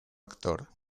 actor